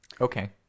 Okay